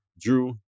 drew